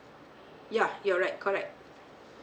ya you are right correct